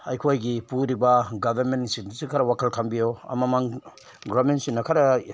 ꯑꯩꯈꯣꯏꯒꯤ ꯄꯨꯔꯤꯕ ꯒꯣꯕꯔꯃꯦꯟꯁꯤꯡꯁꯤ ꯈꯔ ꯋꯥꯈꯜ ꯈꯟꯕꯤꯌꯣ ꯑꯃꯃꯝ ꯒꯣꯕꯔꯃꯦꯟꯁꯤꯡꯅ ꯈꯔ